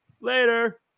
Later